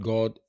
God